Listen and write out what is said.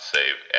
Save